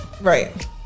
right